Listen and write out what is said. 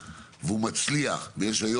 אבל בסוף פונו כביש אבוחצירא,